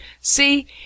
See